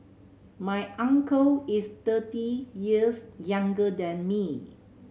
my uncle is thirty years younger than me